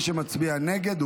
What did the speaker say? מי שמצביע נגד,